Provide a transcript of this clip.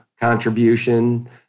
contribution